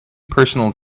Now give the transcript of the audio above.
personal